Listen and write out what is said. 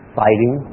fighting